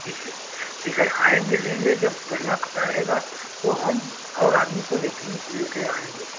ठीक है ठीक है आएँगे लेंगे जब बढ़िया कपड़ा रहेगा तो हम और आदमी को लेके ही लेके आएँगे